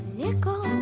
nickel